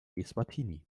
eswatini